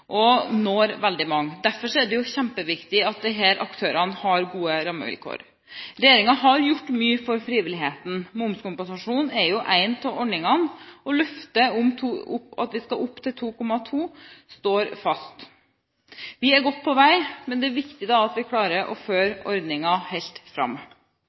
og utvikling og når veldig mange. Derfor er det kjempeviktig at disse aktørene har gode rammevilkår. Regjeringen har gjort mye for frivilligheten. Momskompensasjonen er én av ordningene, og løftet om at vi skal opp til 2,2 står fast. Vi er et godt stykke på vei, men det er viktig at vi klarer å føre ordningen helt fram.